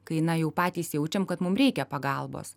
kai na jau patys jaučiam kad mum reikia pagalbos